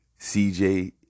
CJ